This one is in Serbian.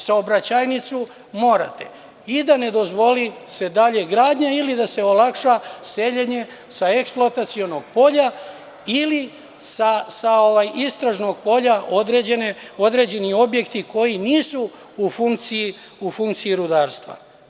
Saobraćajnicu, morate i da se ne dozvoli dalje gradnja i da se olakša seljenje sa eksploatacionog polja ili sa istražnog polja određeni objekti koji nisu u funkciji rudarstva.